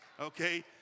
Okay